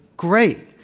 great.